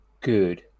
good